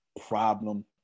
problem